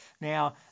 Now